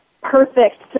perfect